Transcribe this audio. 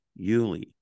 Yuli